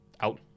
out